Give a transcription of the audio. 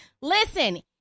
Listen